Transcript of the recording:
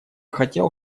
хотел